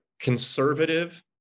conservative